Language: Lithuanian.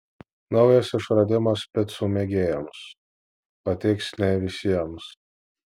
naujas išradimas picų mėgėjams patiks ne visiems